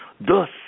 Thus